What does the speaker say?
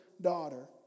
daughter